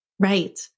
Right